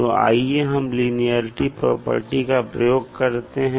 तो आइए हम लिनियेरिटी प्रॉपर्टी का प्रयोग करते हैं